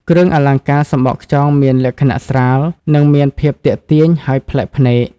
គ្រឿងអលង្ការសំបកខ្យងមានលក្ខណៈស្រាល និងមានភាពទាក់ទាញ ហើយប្លែកភ្នែក។